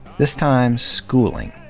this time schooling,